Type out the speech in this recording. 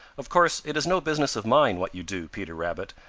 of course it is no business of mine what you do, peter rabbit,